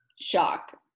shock